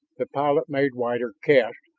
the pilot made wider casts,